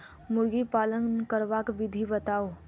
मुर्गी पालन करबाक विधि बताऊ?